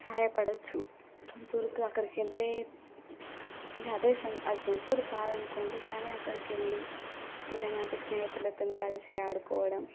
సహాయపడవచ్చు సొంతూరు అక్కడికి వెళ్తే ఇక అదే అది సొంతూరు కాదనుకోండి కానీ అక్కడికి వెళ్ళి చిన్ననాటి స్నేహితులతో కలిసి ఆడుకోవడం